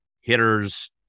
hitter's